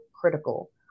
critical